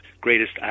greatest